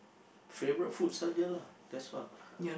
favourite food sahaja lah that's what